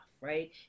right